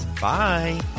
Bye